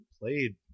played